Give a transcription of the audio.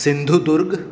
Sindhudurg